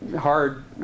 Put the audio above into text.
hard